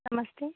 नमस्ते